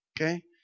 Okay